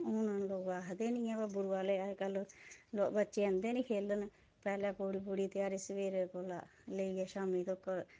हून लोग आखदे गै निं हैंन बबरुए लेई अज्जकल बच्चे जंदे गै निं खेलन पैह्लें पूरी पूरी ध्याड़ी सवेरै कोला लेइयै शाम्मी तकर